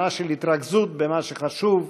שנה של התרכזות במה שחשוב,